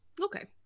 okay